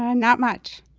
and not much,